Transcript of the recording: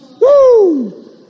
Woo